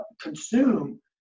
consume